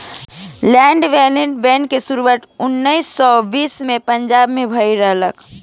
land development bank के शुरुआत उन्नीस सौ बीस में पंजाब में भईल रहे